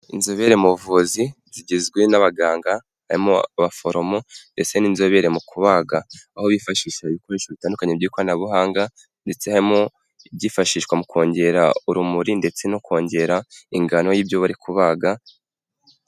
Inzobere mu buvuzi zigizwe n'abaganga harimo abaforomo ndetse n'inzobere mu kubaga aho bifashisha ibikoresho bitandukanye by'ikoranabuhanga ndetse harimo ibyifashishwa mu kongera urumuri ndetse no kongera ingano y'ibyo bari kubaga.